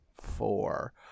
Four